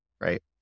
right